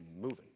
moving